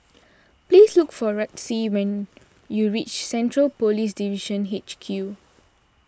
please look for Rusty when you reach Central Police Division H Q